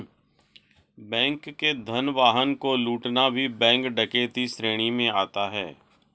bank के धन वाहन को लूटना भी बैंक डकैती श्रेणी में आता है